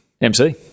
MC